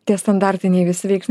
tie standartiniai visi veiksniai